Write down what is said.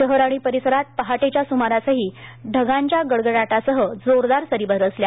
शहर आणि परिसरांत पहाटेच्या सुमारासही ढगांच्या गडगडाटासह जोरदार सरी बरसल्या